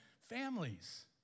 families